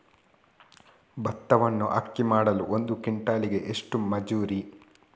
ಭತ್ತವನ್ನು ಅಕ್ಕಿ ಮಾಡಲು ಒಂದು ಕ್ವಿಂಟಾಲಿಗೆ ಎಷ್ಟು ಮಜೂರಿ?